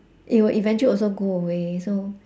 it will eventual also go away so